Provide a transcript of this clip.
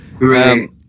Right